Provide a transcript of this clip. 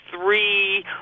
three